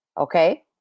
Okay